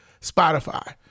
Spotify